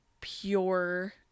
pure